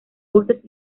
voces